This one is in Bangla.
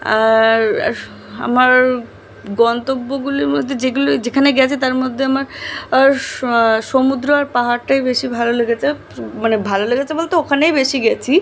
আর আমার গন্তব্যগুলি মধ্যে যেগুলোয় যেখানে গেছি তার মধ্যে আমার আর স সমুদ্র আর পাহাড়টাই বেশি ভালো লেগেছে মানে ভালো লেগেছে বলতে ওখানেই বেশি গেছি